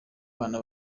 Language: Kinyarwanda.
bana